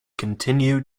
continue